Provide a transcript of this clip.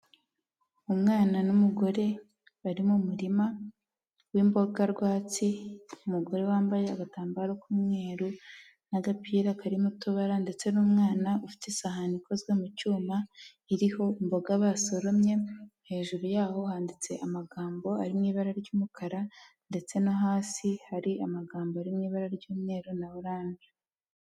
Umwana n'umugore bari mu murima w'imboga rwatsiumugore wambaye agatambaro k'umweru n'agapira karirimo mutobara ndetse n'umwana ufite isahani ikozwe mu cyuma iriho imboga basoromye hejuru yaho handitse amagambo ari mu ibara ry'umukara ndetse no hasi hari amagambo ari mu ibara ry'umweru na orange.